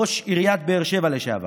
ראש עיריית באר שבע לשעבר: